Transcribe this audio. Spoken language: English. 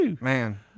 Man